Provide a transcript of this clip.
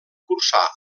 cursà